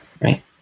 Right